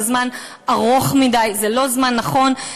זה זמן ארוך מדי, זה לא זמן נכון.